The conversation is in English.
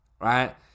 right